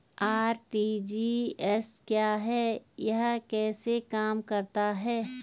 RTGS क्या है यह कैसे काम करता है?